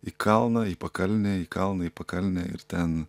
į kalną į pakalnę į kalną į pakalnę ir ten